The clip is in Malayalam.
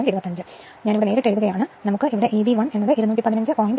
അതിനാൽ ഞാൻ നേരിട്ട് എഴുതുന്നത് ഇതിന് Eb 1 215